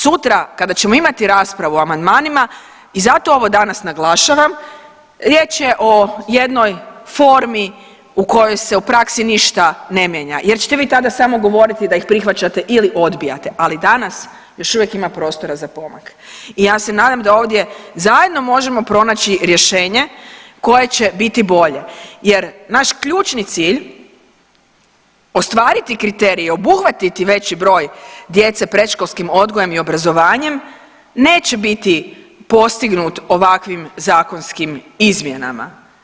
Sutra kada ćemo imati raspravu o amandmanima i zato ovo danas naglašavam riječ je o jednoj formi u kojoj se u praksi ništa ne mijenja jer ćete vi tada samo govoriti da ih prihvaćate ili odbijate, ali danas još uvijek ima prostora za pomak i ja se nadam da ovdje zajedno možemo pronaći rješenje koje će biti bolje jer naš ključni cilj ostvariti kriterije i obuhvatiti veći broj djece predškolskim odgojem i obrazovanjem neće biti postignut ovakvim zakonskim izmjenama.